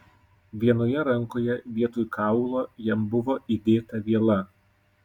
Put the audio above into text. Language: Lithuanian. vienoje rankoje vietoj kaulo jam buvo įdėta viela